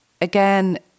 again